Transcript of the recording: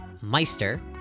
MEISTER